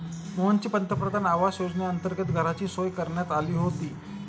मोहनची पंतप्रधान आवास योजनेअंतर्गत घराची सोय करण्यात आली होती